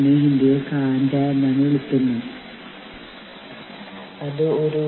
തൊഴിൽ ബന്ധങ്ങളെ സമീപിക്കാവുന്ന മറ്റൊരു മാർഗം കൂട്ടായ വിലപേശലാണ്